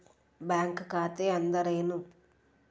Bank ಖಾತೆ ಅಂದರೆ ಏನು?